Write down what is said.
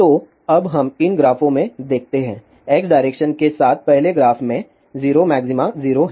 तो अब हम इन ग्राफों में देखते हैं x डायरेक्शन के साथ पहले ग्राफ में 0 मैक्सिमा 0 है